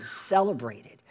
celebrated